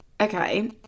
Okay